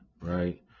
right